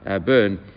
burn